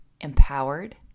empowered